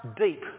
Deep